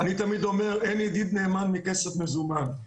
אני תמיד אומר שאין ידיד נאמן מכסף מזומן.